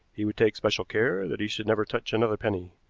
he would take special care that he should never touch another penny.